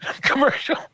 commercial